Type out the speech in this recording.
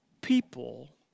people